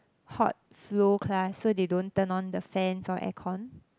hot flow class so they don't turn on the fans or air con